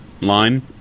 line